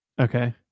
Okay